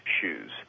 shoes